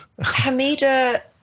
hamida